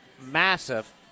massive